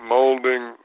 Molding